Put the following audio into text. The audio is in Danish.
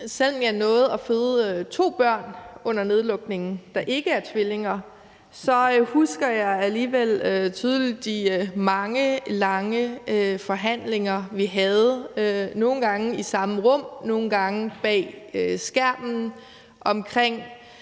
Selv om jeg nåede at føde to børn under nedlukningen, der ikke er tvillinger, så husker jeg alligevel tydeligt de mange lange forhandlinger, vi havde, nogle gange i det samme rum og andre gange bag skærmen, om en